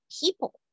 people